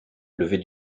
lever